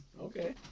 Okay